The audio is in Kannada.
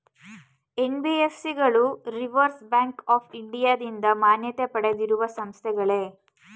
ಎನ್.ಬಿ.ಎಫ್.ಸಿ ಗಳು ರಿಸರ್ವ್ ಬ್ಯಾಂಕ್ ಆಫ್ ಇಂಡಿಯಾದಿಂದ ಮಾನ್ಯತೆ ಪಡೆದಿರುವ ಸಂಸ್ಥೆಗಳೇ?